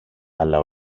αλλά